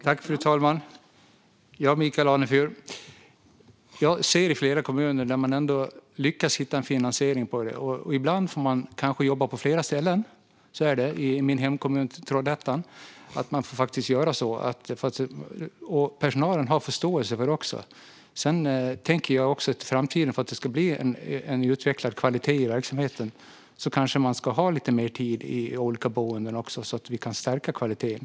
Fru talman! Jag ser, Michael Anefur, att man i flera kommuner har lyckats att hitta en finansiering för det. Ibland får man kanske jobba på flera ställen. Så är det i min hemkommun, Trollhättan. Och personalen har förståelse för det. Om vi ser på framtiden tänker jag att för att det ska bli en utvecklad kvalitet i verksamheten ska man kanske ha lite mer tid i olika boenden. Då kan vi stärka kvaliteten.